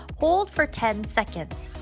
hold for ten seconds.